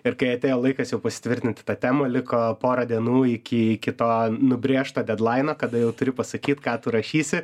ir kai atėjo laikas jau pasitvirtinti tą temą liko porą dienų iki kito nubrėžto dedlaino kada jau turiu pasakyt ką tu rašysi